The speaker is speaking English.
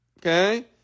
Okay